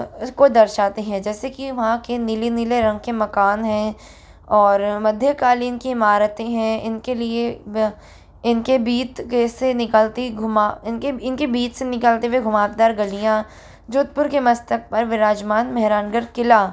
इसको दर्शाते हैं जैसे कि वहाँ के नीले नीले रंग के मकान हैं और मध्यकालीन की इमारतें हैं इनके लिए ब इनके बीत कैसे निकलती घुमा इनके बीच से निकलते हुए घुमावदार गलियाँ जोधपुर के मस्तक पर विराजमान मेहरानगढ़ किला